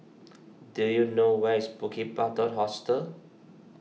do you know where is Bukit Batok Hostel